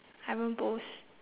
I haven't post